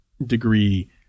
degree